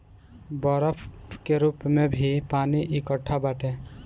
बरफ के रूप में भी पानी एकट्ठा बाटे